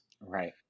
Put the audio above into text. Right